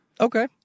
okay